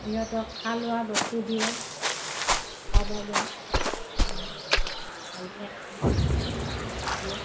সিহঁতক খাৱা লোৱা বস্তু দিয়ে খাব দিয়ে ডালিয়া দিয়ে